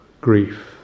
grief